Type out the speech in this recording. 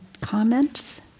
comments